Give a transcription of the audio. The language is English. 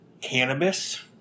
cannabis